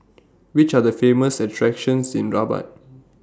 Which Are The Famous attractions in Rabat